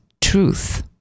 truth